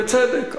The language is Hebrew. בצדק,